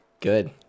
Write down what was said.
good